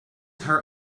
her